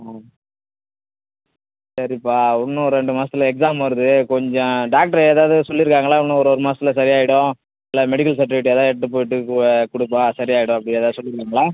ம் சரிப்பா இன்னும் ரெண்டு மாதத்துல எக்ஸாம் வருது கொஞ்சம் டாக்ட்ரு ஏதாவது சொல்லியிருக்காங்களா இன்னும் ஒரு ஒரு மாதத்துல சரியாகிடும் இல்லை மெடிக்கல் சர்ட்டிவிக்கேட் ஏதாவது எடுத்து போய்விட்டு கொடுப்பா சரியாகிடும் அப்படி ஏதாவது சொல்லியிருக்காங்களா